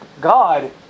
God